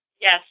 yes